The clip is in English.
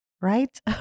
right